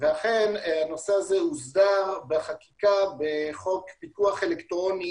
ואכן הנושא הזה הוסדר בחקיקה בחוק פיקוח אלקטרוני,